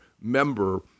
member